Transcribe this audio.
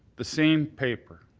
the same paper.